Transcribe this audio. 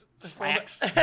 Slacks